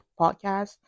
podcast